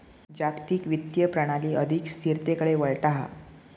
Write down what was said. जागतिक वित्तीय प्रणाली अधिक स्थिरतेकडे वळता हा